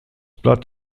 blatt